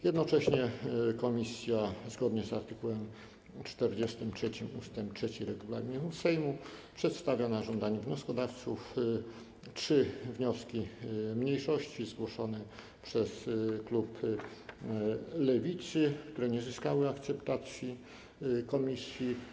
Jednocześnie komisja zgodnie z art. 43 ust. 3 regulaminu Sejmu przedstawia na żądanie wnioskodawców trzy wnioski mniejszości zgłoszone przez klub Lewicy, które nie zyskały akceptacji komisji.